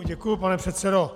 Děkuji, pane předsedo.